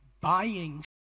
buying